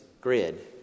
grid